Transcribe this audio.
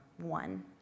one